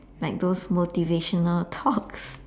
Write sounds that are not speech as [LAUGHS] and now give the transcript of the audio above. like those motivational talks [LAUGHS]